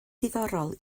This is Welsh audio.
diddorol